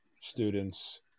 students